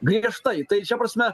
griežtai tai šia prasme